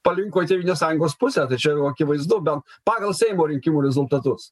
palinko į tėvynės sąjungos pusę tai čia jau akivaizdu bet pagal seimo rinkimų rezultatus